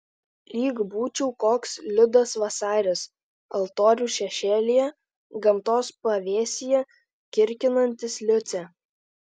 lyg būčiau koks liudas vasaris altorių šešėlyje gamtos pavėsyje kirkinantis liucę